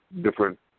different